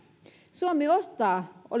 suomi ostaa